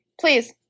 Please